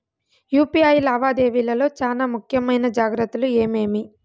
UPI లావాదేవీల లో చానా ముఖ్యమైన జాగ్రత్తలు ఏమేమి?